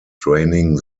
draining